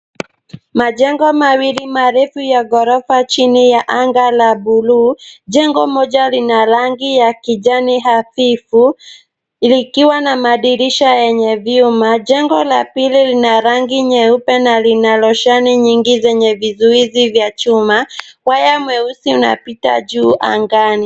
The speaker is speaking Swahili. Majengo mawili ya ghorofa chini ya anga la buluu. Jengo moja lina rangi ya kijani hafifu likiwa na madirisha yenye vioo. Jengo la pili ni la rangi nyeupe na lina roshani nyingi zenye vizuizi vya chuma. Waya mweusi unapita juu angani.